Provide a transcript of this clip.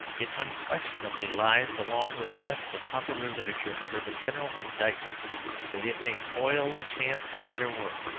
it unquestionably lies along with the rest of popular literature under the general indictment that it may spoil the chance of better work,